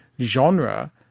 genre